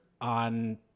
on